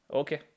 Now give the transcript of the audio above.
okay